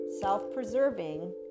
self-preserving